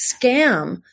scam